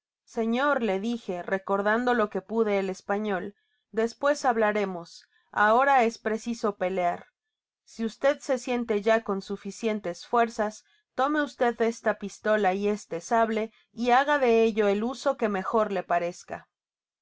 señor le dije recordando lo que pude el español despues hablaremos ahora es preciso pelear si usted se siente ya con suficientes fuerzas tome usted esta pistola y este sable y haga de ello el uso que mejor le parezcá